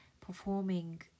performing